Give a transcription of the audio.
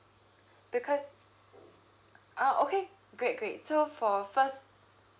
because uh okay great great so for first